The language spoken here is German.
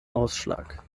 ausschlag